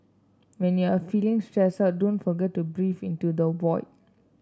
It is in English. when you are feeling stressed out don't forget to breathe into the void